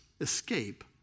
escape